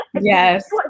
Yes